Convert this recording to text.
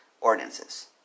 ordinances